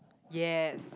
yes